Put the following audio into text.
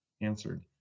answered